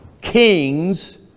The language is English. kings